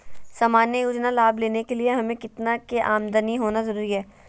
सामान्य योजना लाभ लेने के लिए हमें कितना के आमदनी होना जरूरी है?